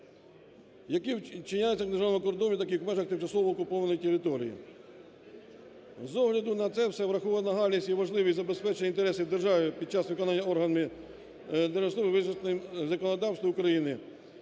які вчиняються в межах державного кордону, так і в межах тимчасово окупованій території. З огляду на це все, врахована нагальність і важливість забезпечення інтересів держави під час виконання органами Держприкордонслужби законодавства України.